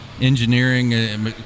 engineering